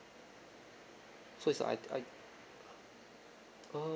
so it's I'd I'd err